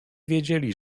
wiedzieli